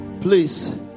please